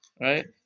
Right